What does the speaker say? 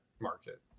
market